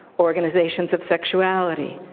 organizations of sexuality,